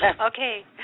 Okay